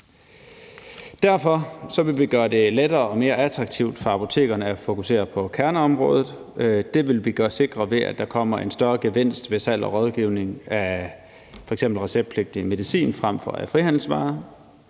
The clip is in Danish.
Derfor vil vi gøre det lettere og mere attraktivt for apotekerne at fokusere på kerneområdet. Det vil vi sikre, ved at der kommer en større gevinst ved salg af og rådgivning om f.eks. receptpligtig medicin frem for frihandelsvarer.